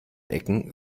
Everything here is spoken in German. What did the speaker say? ecken